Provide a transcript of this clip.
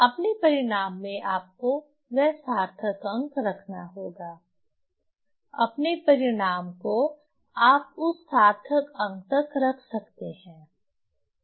अपने परिणाम में आपको वह सार्थक अंक रखना होगा अपने परिणाम को आप उस सार्थक अंक तक रख सकते हैं